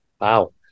Wow